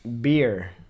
Beer